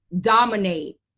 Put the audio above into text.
dominate